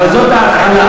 אבל זאת ההתחלה.